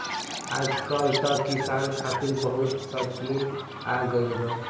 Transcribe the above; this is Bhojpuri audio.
आजकल त किसान खतिर बहुत स्कीम आ गइल बा